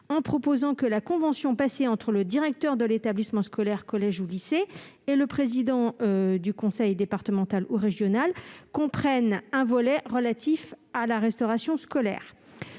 en proposant que la convention passée entre le directeur de l'établissement scolaire, collège ou lycée, et le président du conseil départemental ou du conseil régional comprenne un volet relatif à la restauration scolaire.